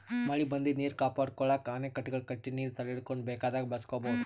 ಮಳಿ ಬಂದಿದ್ದ್ ನೀರ್ ಕಾಪಾಡ್ಕೊಳಕ್ಕ್ ಅಣೆಕಟ್ಟೆಗಳ್ ಕಟ್ಟಿ ನೀರ್ ತಡೆಹಿಡ್ಕೊಂಡ್ ಬೇಕಾದಾಗ್ ಬಳಸ್ಕೋಬಹುದ್